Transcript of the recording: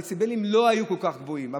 הדציבלים לא היו כל כך גבוהים,